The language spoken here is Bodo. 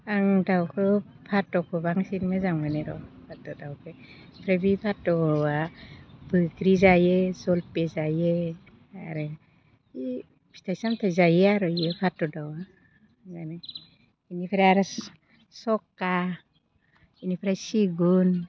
आं दाउखौ बाथ'खौ बांसिन मोजां मोनो र' बाथ' दाउखो ओमफ्राय बे बाथ'आ बैग्रि जायो जलफि जायो आरो फिथाइ सामथाइ जायो आरो बाथ' दाउआ बिनिफ्राय आरो सखा बिनिफ्राय सिगुन